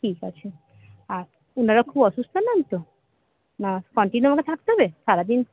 ঠিক আছে আর ওনারা খুব অসুস্থ নন তো না কন্টিনিউ আমাকে থাকতে হবে সারাদিন